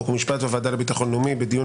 חוק ומשפט והוועדה לביטחון לאומי לדיון